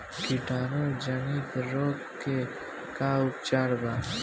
कीटाणु जनित रोग के का उपचार बा?